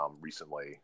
recently